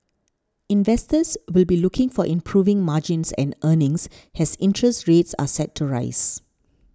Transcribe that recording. investors will be looking for improving margins and earnings has interest rates are set to rise